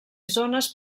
zones